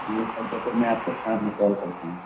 ٹھیک ہے سر تو پھر میں آپ کو شام میں کال کرتا ہوں